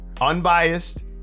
Unbiased